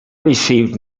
received